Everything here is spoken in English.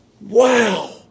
Wow